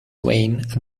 reign